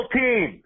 team